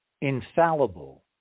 infallible